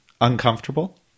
uncomfortable